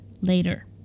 later